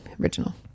original